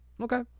Okay